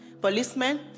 policemen